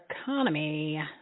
economy